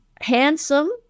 Handsome